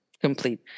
complete